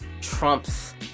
trumps